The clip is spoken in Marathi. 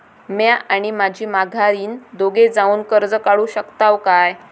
म्या आणि माझी माघारीन दोघे जावून कर्ज काढू शकताव काय?